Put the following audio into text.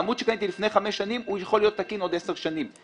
עמוד שקניתי לפני חמש שנים יכול להיות תקין עוד עשר שנים.